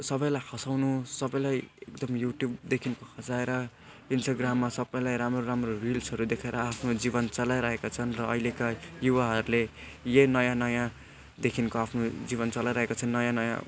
सबैलाई हँसाउनु सबैलाई एकदम युट्युबदेखि हँसाएर इन्स्टाग्राममा सबैलाई राम्रो राम्रो रिल्सहरू देखाएर आफ्नो जीवन चलाइरहेका छन् र अहिलेका युवाहरूले यही नयाँ नयाँदेखिको आफ्नो जीवन चलाइरहेका छन् नयाँ नयाँ